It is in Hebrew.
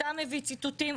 אתה מביא ציטוטים.